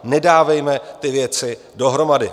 Nedávejme ty věci dohromady.